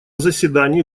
заседании